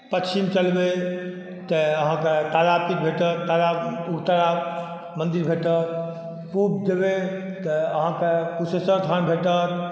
पच्छिम चलबै तऽ अहाँके तारापीठ भेटत तारा उग्रतारा मन्दिर भेटत पूब जेबै तऽ अहाँके कुशेश्वर थान भेटत